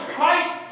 Christ